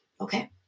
okay